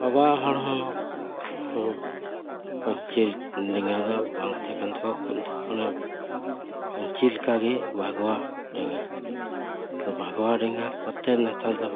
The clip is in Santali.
ᱵᱟᱵᱟ ᱦᱚᱲ ᱦᱚᱸ ᱯᱟᱹᱧᱪᱤ ᱰᱮᱸᱜᱟ ᱫᱚ ᱵᱟᱝ ᱛᱟᱦᱮᱸ ᱠᱟᱱ ᱛᱟᱠᱚᱣᱟ ᱠᱷᱩᱵᱽ ᱫᱚ ᱛᱚᱠᱷᱚᱱᱮ ᱯᱟᱹᱧᱪᱤ ᱞᱮᱠᱟ ᱜᱮ ᱵᱷᱟᱜᱚᱣᱟ ᱰᱮᱸᱜᱟ ᱵᱷᱟᱜᱚᱣᱟ ᱰᱮᱸᱜᱟ ᱵᱟᱫᱽ ᱛᱮ ᱱᱮᱛᱟᱨ ᱫᱚ